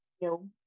No